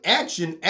action